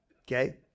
Okay